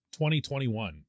2021